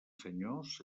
senyors